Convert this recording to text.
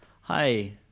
Hi